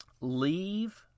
leave